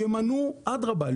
ימנו אדרבא,